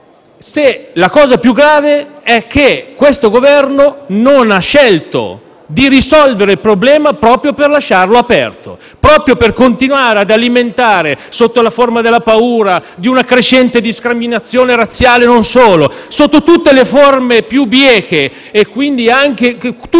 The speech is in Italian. la vostra collocazione) - non ha scelto di risolvere il problema proprio per lasciarlo aperto, proprio per continuare ad alimentare, sotto la forma della paura, di una crescente discriminazione, razziale e non solo, sotto tutte le forme più bieche, che